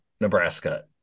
Nebraska